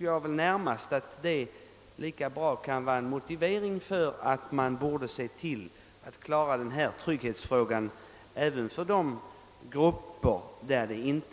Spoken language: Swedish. det argumentet lika väl vara en motivering för att man bör se till att klara denna trygghetsfråga även för de grupper som inte har den löst.